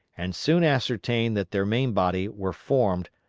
and soon ascertained that their main body were formed,